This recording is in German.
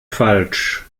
falsch